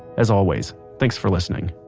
as always, thanks for listening